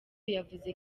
yavuze